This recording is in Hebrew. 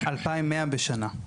2,100 בשנה.